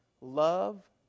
love